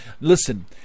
listen